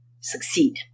succeed